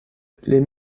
les